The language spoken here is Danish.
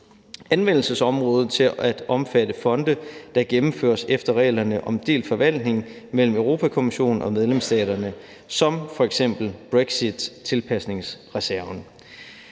anvendelsesområde til at omfatte fonde, der gennemføres efter reglerne om delt forvaltning mellem Europa-Kommissionen og medlemsstaterne, som f.eks. brexittilpasningsreserven.